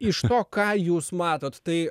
iš to ką jūs matot tai